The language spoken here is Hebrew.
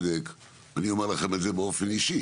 ובצדק, אני אומר לכם את זה באופן אישי,